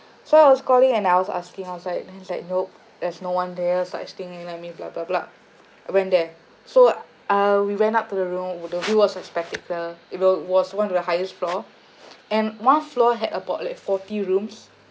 so I was calling and I was asking I was like and they was like nope there's no one there such thing you know what I mean blah blah blah I went there so uh we went up to the room the view was a spectacle it will was one of the highest floor and one floor had about like forty rooms